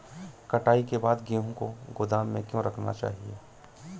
कटाई के बाद गेहूँ को गोदाम में क्यो रखना चाहिए?